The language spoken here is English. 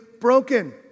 broken